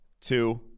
Two